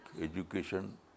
education